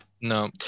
No